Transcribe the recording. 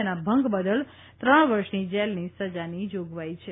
તેના ભંગ બદલ ત્રણ વર્ષની જેલની સજાની જોગવાઇ છે